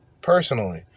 personally